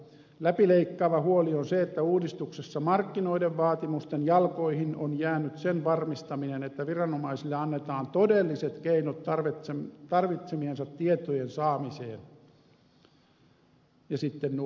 läpileikkaava huoli on se että uudistuksessa markkinoiden vaatimusten jalkoihin on jäänyt sen varmistaminen että viranomaisille annetaan todelliset keinot tarvitsemiensa tietojen saamiseen ja sitten nuo sanktiot puuttuvat